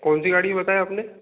कौन सी गाड़ी बताया आपने